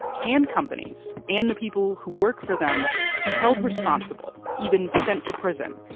can companies and the people who work for them be held responsible, even sent to prison,